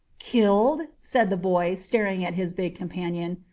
killed? said the boy, staring at his big companion.